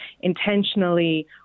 intentionally